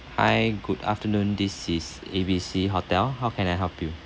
hi good afternoon this is A B C hotel how can I help you